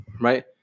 right